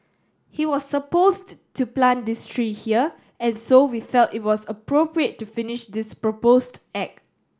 he was supposed to plant this tree here and so we felt it was appropriate to finish this proposed act